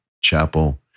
chapel